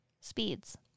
speeds